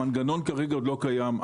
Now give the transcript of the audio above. המנגנון כרגע עוד לא קיים,